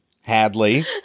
Hadley